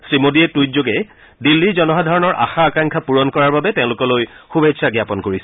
শ্ৰীমোদীয়ে টুইটযোগে দিল্লীৰ জনসাধাৰণৰ আশা আকাংক্ষা পূৰণ কৰাৰ বাবে তেওঁলোকলৈ শুভেচ্ছা জ্ঞাপন কৰিছে